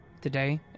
today